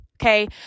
okay